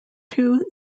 two